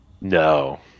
no